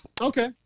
Okay